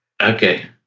Okay